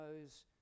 knows